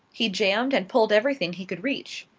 he jammed and pulled everything he could reach.